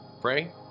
pray